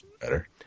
better